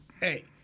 hey